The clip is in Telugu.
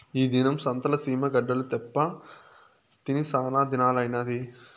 ఈ దినం సంతల సీమ గడ్డలు తేప్పా తిని సానాదినాలైనాది